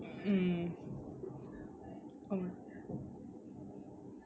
mm oh my